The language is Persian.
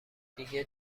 دیگه